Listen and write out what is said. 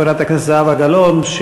חברת הכנסת זהבה גלאון,